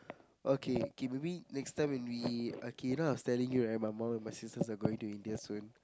okay K maybe next time when we okay I was telling you right my mom and my sisters are going to India soon